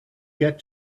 get